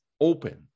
open